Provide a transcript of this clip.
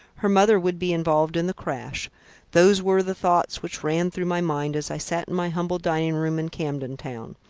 her mother would be involved in the crash those were the thoughts which ran through my mind as i sat in my humble dining-room in camden town.